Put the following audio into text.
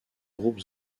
groupe